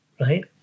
right